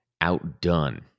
outdone